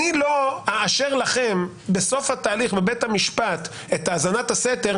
אני לא אאשר לכם בסוף התהליך בבית המשפט את האזנת הסתר,